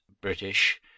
British